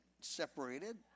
separated